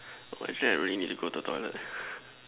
I swear I really need to go to the toilet